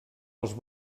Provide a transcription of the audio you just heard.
els